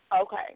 Okay